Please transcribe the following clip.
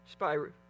Spyro